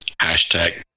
Hashtag